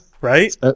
right